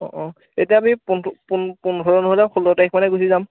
অঁ অঁ এতিয়া আমি পোন্ধৰ নহ'লেও ষোল্ল তাৰিখ মানে গুচি যাম